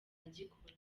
aragikora